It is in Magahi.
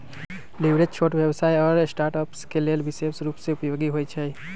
लिवरेज छोट व्यवसाय आऽ स्टार्टअप्स के लेल विशेष रूप से उपयोगी होइ छइ